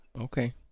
Okay